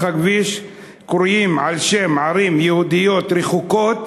הכביש קרויים על שם ערים יהודיות רחוקות